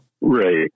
Right